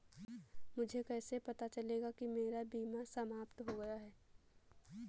मुझे कैसे पता चलेगा कि मेरा बीमा समाप्त हो गया है?